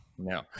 No